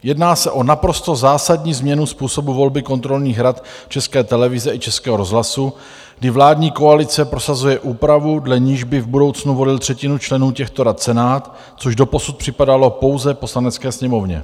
Jedná se o naprosto zásadní změnu způsobu volby kontrolních rad České televize i Českého rozhlasu, kdy vládní koalice prosazuje úpravu, dle níž by v budoucnu volil třetinu členů těchto rad Senát, což doposud připadalo pouze Poslanecké sněmovně.